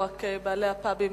רק בעלי הפאבים,